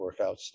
workouts